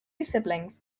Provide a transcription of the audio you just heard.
siblings